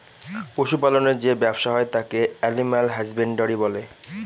পশু পালনের যে ব্যবসা হয় তাকে এলিম্যাল হাসব্যানডরই বলে